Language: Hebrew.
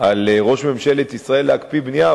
על ראש ממשלת ישראל להקפיא בנייה,